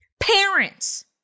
Parents